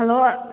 hello